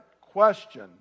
question